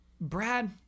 Brad